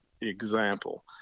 example